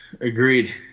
Agreed